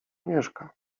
mieszka